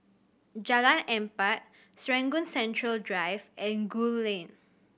Jalan Empat Serangoon Central Drive and Gul Lane